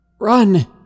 Run